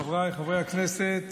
חבריי חברי הכנסת,